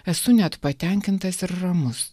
esu net patenkintas ir ramus